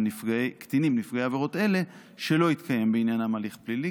קטינים נפגעי עבירות אלו שלא התקיים בעניינם הליך פלילי,